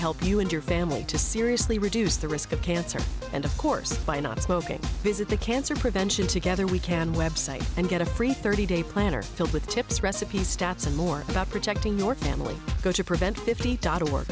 help you and your family to seriously reduce the risk of cancer and of course by not smoking visit the cancer prevention together we can website and get a free thirty day planner filled with tips recipes stats and more about protecting your family go to prevent